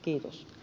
kiitos